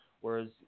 Whereas